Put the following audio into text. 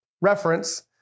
reference